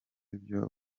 ibyo